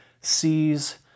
sees